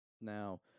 Now